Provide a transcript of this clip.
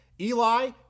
Eli